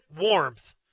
warmth